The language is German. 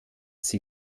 sie